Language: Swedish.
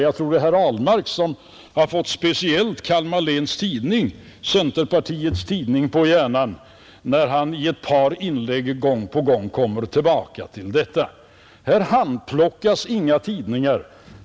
Jag tror att det är herr Ahlmark som har fått speciellt Kalmar Läns Tidning — en centerpartitidning — på hjärnan när han i ett par inlägg gång på gång kommer tillbaka till detta. Här handplockas inga tidningar.